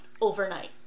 overnight